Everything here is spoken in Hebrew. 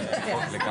זה היה